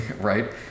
right